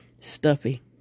stuffy